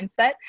mindset